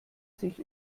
sich